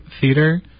Theater